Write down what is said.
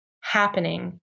happening